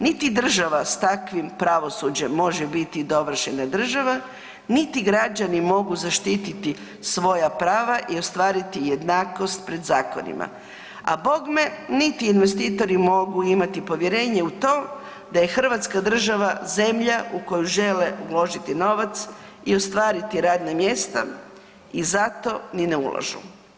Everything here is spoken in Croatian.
Niti država s takvim pravosuđem može biti dovršena država niti građani mogu zaštiti svoja prava i ostvariti jednakost pred zakonima, a bogme niti investitori mogu imati povjerenje u to da je hrvatska država zemlja u koju žele uložiti novac i ostvariti radna mjesta i zato niti ne ulažu.